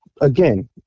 Again